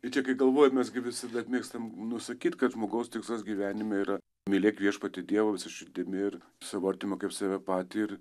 ir čia kai galvojam mes gi visi mėgstam nu sakyti kad žmogaus tikslas gyvenime yra mylėk viešpatį dievą visa širdimi ir savo artimą kaip save patį ir